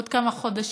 בעוד כמה חודשים,